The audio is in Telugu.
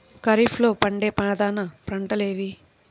ఖరీఫ్లో పండే ప్రధాన పంటలు ఏవి?